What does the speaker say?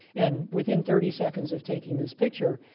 and within thirty seconds of taking this picture,